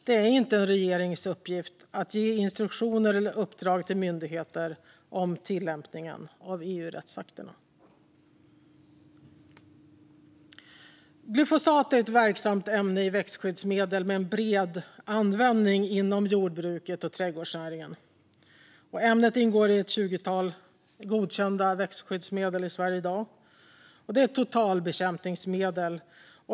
Det är inte en regerings uppgift att ge instruktioner eller uppdrag till myndigheter om tillämpningen av EU-rättsakter. Glyfosat ett verksamt ämne i växtskyddsmedel med bred användning inom jordbruket och trädgårdsnäringen. Ämnet ingår i dag i ett tjugotal godkända växtskyddsmedel i Sverige. Glyfosat är ett totalbekämpningsmedel.